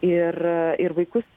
ir ir vaikus